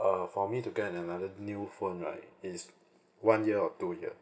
uh for me to get another new phone right is one year or two year